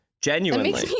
genuinely